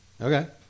Okay